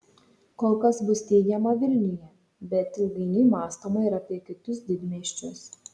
kol kas bus steigiama vilniuje bet ilgainiui mąstoma ir apie kitus didmiesčius